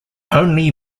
only